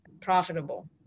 profitable